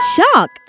Shock